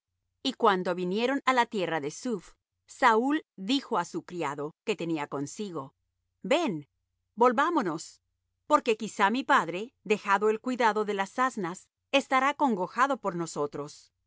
la tierra de suph saúl dijo á su criado que tenía consigo ven volvámonos porque quizá mi padre dejado el cuidado de las asnas estará congojado por nosotros